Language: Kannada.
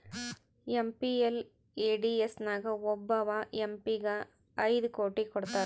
ಎಮ್.ಪಿ.ಎಲ್.ಎ.ಡಿ.ಎಸ್ ನಾಗ್ ಒಬ್ಬವ್ ಎಂ ಪಿ ಗ ಐಯ್ಡ್ ಕೋಟಿ ಕೊಡ್ತಾರ್